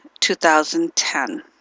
2010